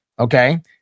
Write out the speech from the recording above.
Okay